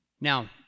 Now